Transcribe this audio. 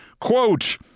Quote